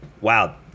wow